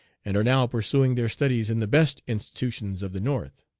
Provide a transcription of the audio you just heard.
and are now pursuing their studies in the best institutions of the north.